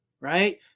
right